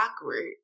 awkward